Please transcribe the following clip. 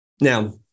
Now